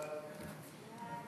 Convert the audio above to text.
בעד